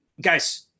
Guys